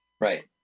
Right